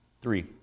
three